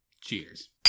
Cheers